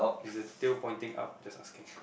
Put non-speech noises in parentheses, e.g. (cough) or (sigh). is the tail pointing up just asking (breath)